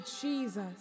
Jesus